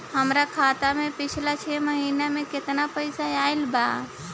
हमरा खाता मे पिछला छह महीना मे केतना पैसा आईल बा?